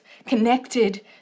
connected